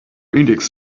index